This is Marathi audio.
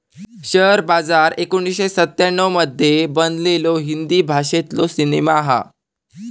शेअर बाजार एकोणीसशे सत्त्याण्णव मध्ये बनलेलो हिंदी भाषेतलो सिनेमा हा